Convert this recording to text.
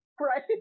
Right